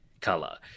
color